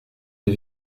des